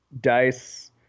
dice